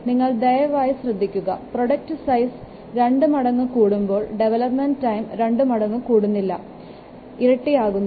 നിങ്ങൾ ദയവായി ശ്രദ്ധിക്കുക പ്രോഡക്റ്റ് സൈസ് രണ്ടു മടങ്ങ് കൂടുമ്പോൾ ഡെവലപ്മെൻറ് ടൈം രണ്ടു മടങ്ങ് കൂടുന്നില്ല ഇരട്ടി ആകുന്നില്ല